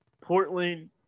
Portland